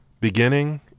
beginning